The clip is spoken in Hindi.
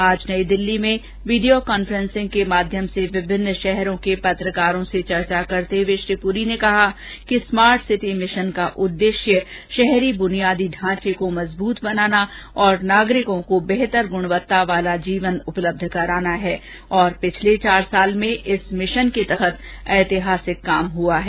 आज नई दिल्ली से वीडियो कॉन्फ्रेंसिंग के माध्यम से विभिन्न शहरों के पत्रकारों से चर्चा करते हुए श्री पुरी ने कहा कि स्मार्ट सिटी मिशन का उददेश्य शहरी बुनियादी ढांचे को मजबूत बनाना और नागरिकों को बेहतर गुणवत्ता का जीवन उपलब्ध कराना है और पिछले चार साल में इस मिशन के तहत ऐतिहासिक काम हुए हैं